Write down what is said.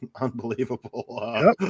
unbelievable